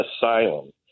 asylum